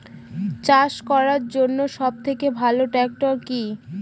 চাষ করার জন্য সবথেকে ভালো ট্র্যাক্টর কি?